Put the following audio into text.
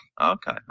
okay